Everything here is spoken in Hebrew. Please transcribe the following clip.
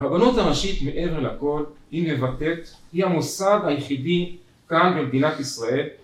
הרבנות הראשית מעבר לכל היא מבטאת, היא המוסד היחידי כאן במדינת ישראל